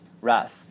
wrath